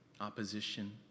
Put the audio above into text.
Opposition